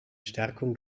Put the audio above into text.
stärkung